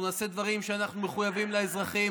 אנחנו נעשה דברים שאנחנו מחויבים בהם לאזרחים.